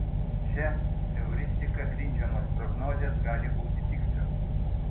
šia euristika grindžiamos prognozės gali būti tikslios